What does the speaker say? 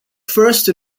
first